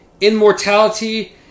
immortality